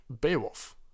Beowulf